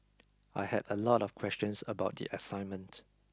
I had a lot of questions about the assignment